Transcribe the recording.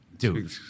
Dude